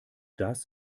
das